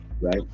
right